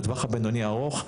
בטווח הבינוני ארוך,